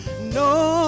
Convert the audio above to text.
No